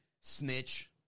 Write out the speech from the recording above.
snitch